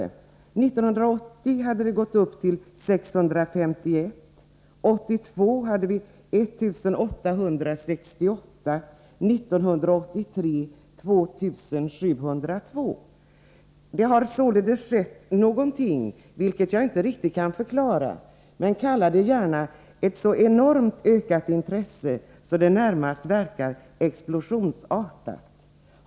År 1980 var siffran 651, år 1982 hade vi 1 868 och 1983 2 702. Det har således skett någonting, vilket jag inte riktigt kan förklara. Det är en sådan enorm ökning av intresset att den närmast är explosionsartad.